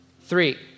three